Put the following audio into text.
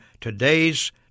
today's